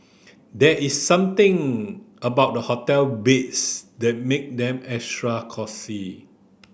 there is something about the hotel that make them extra cosy